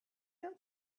know